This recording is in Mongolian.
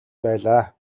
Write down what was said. байлаа